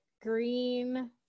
green